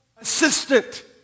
assistant